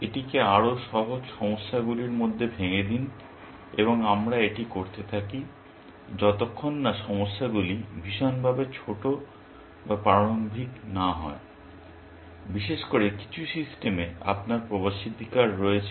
এটিকে আরও সহজ সমস্যাগুলির মধ্যে ভেঙে দিন এবং আমরা এটি করতে থাকি যতক্ষণ না সমস্যাগুলি ভীষণভাবে ছোট বা প্রারম্ভিক না হয় বিশেষ করে কিছু সিস্টেমে আপনার প্রবেশাধিকার রয়েছে